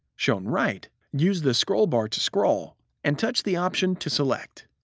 shown right, use the scroll bar to scroll, and touch the option to select.